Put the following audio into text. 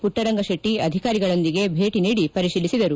ಪುಟ್ವರಂಗಶೆಟ್ಟಿ ಅಧಿಕಾರಿಗಳೊಂದಿಗೆ ಭೇಟಿ ನೀಡಿ ಪರಿಶೀಲಿಸಿದರು